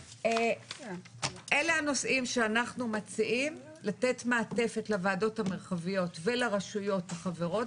אלה הנושאים שאנחנו מציעים לתת מעטפת לרשויות המרחביות ולרשויות החברות